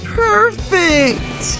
perfect